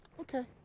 Okay